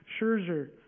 Scherzer